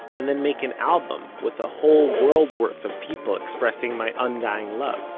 and then make an album with a whole world worth of people expressing my undying love.